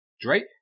Drake